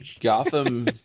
gotham